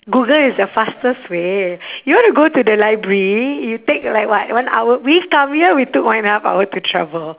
google is the fastest way you want to go to the library you take like what one hour we come here we took one and a half hour to travel